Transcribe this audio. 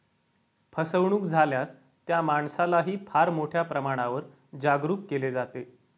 फसवणूक झाल्यास त्या माणसालाही फार मोठ्या प्रमाणावर जागरूक केले जाते